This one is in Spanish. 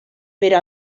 pero